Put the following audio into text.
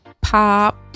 pop